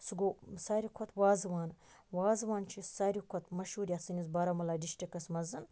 سُہ گوٚو ساروی کھۄتہ وازوان وازوان چھُ ساروی کھۄتہ مَشہور یتھ سٲنِس بارامُلا ڈِسٹرکَس مَنٛز